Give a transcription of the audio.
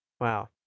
Wow